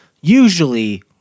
usually